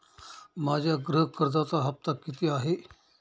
माझ्या गृह कर्जाचा हफ्ता किती आहे?